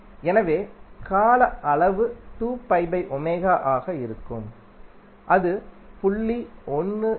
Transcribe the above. எனவே கால அளவு ஆக இருக்கும் அது 0